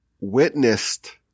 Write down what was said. witnessed